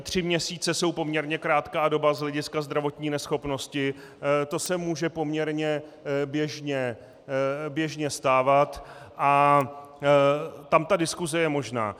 Tři měsíce jsou poměrně krátká doba z hlediska zdravotní neschopnosti, to se může poměrně běžně stávat, a tam diskuse je možná.